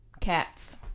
cats